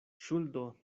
ŝuldo